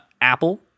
Apple